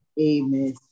Amen